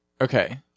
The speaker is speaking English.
okay